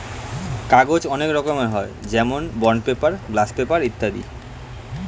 কাগজ অনেক রকমের হয়, যেরকম বন্ড পেপার, গ্লাস পেপার ইত্যাদি